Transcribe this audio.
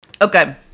Okay